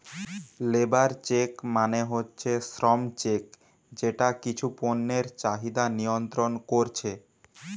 labour check মানে হচ্ছে শ্রম চেক যেটা কিছু পণ্যের চাহিদা নিয়ন্ত্রণ কোরছে